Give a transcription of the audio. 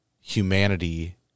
humanity